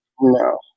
No